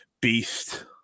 beast